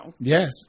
yes